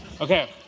Okay